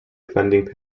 offending